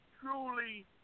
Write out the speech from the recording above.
truly